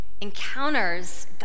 Encounters